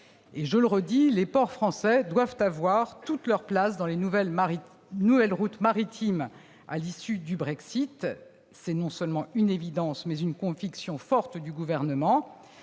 Je le redis, les ports français doivent avoir toute leur place dans les nouvelles routes maritimes à l'issue du Brexit. C'est non seulement une évidence, mais une conviction forte du Gouvernement.